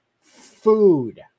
food